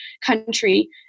country